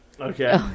okay